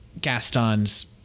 Gaston's